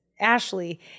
Ashley